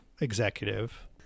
executive